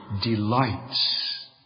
delights